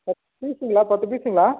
பத்து பீஸ்ஸுங்களா பத்து பீஸ்ஸுங்களா